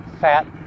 fat